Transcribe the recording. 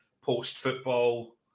post-football